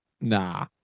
Nah